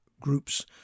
groups